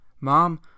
Mom